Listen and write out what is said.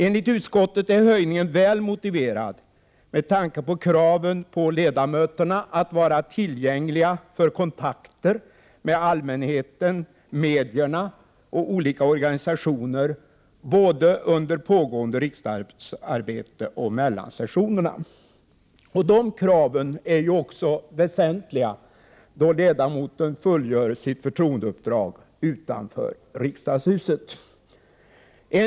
Enligt utskottet är en höjning väl motiverad med tanke på kraven på ledamöterna att vara tillgängliga för kontakter med allmänheten, medierna och olika organisationer både under pågående riksdagsarbete och mellan sessionerna. De kraven är också Prot. 1988/89:127 väsentliga då ledamoten fullgör sitt förtroendeuppdrag utanför riksdags 2 juni 1989 huset.